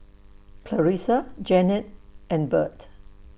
Clarisa Janet and Burt